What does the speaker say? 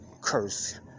curse